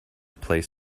plays